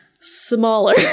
smaller